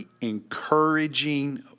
encouraging